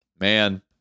man